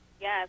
Yes